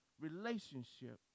relationship